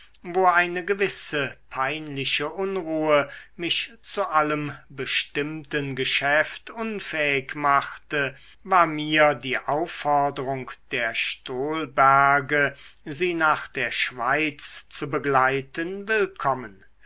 wo eine gewisse peinliche unruhe mich zu allem bestimmten geschäft unfähig machte war mir die aufforderung der stolberge sie nach der schweiz zu begleiten willkommen